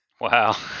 Wow